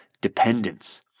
dependence